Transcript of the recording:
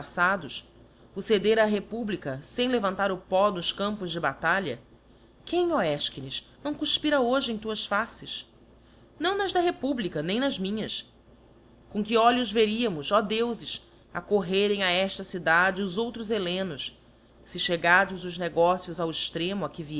antepaflados o cedera a republica fem levantar o pó nos campos de batalha quem ó efchines náo cufpira hoje em tuas faces não nas da republica nem nas minhas com que olhos veríamos ó deufes accorrerem a efta cidade os outros hellenos fe chegados os negócios ao extremo a que